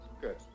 Good